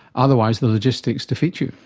otherwise the logistics defeat you.